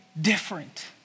different